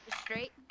Straight